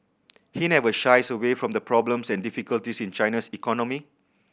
he never shies away from the problems and difficulties in China's economy